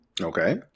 Okay